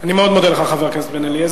אני מאוד מודה לך, חבר הכנסת בן-אליעזר.